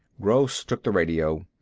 gross took the radio.